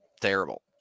Terrible